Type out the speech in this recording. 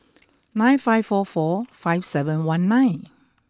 nine five four four five seven one nine